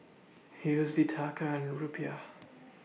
U S D Taka and Rupiah